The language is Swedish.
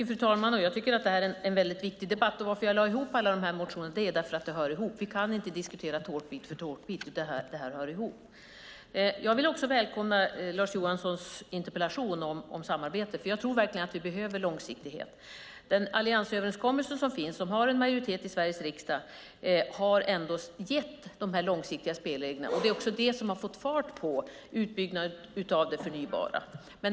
Fru talman! Jag tycker att detta är en väldigt viktig debatt. Anledningen till att jag lade ihop alla interpellationerna är att de hör ihop. Vi kan inte diskutera tårtbit för tårtbit, utan detta hör ihop. Jag vill också välkomna Lars Johanssons interpellation om samarbete, för jag tror verkligen att vi behöver långsiktighet. Den alliansöverenskommelse som finns och som har en majoritet i Sveriges riksdag har ändå gett dessa långsiktiga spelregler, och det är det som har fått fart på utbyggnaden av det förnybara.